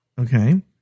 Okay